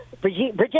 Brigitte